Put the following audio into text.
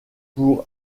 pour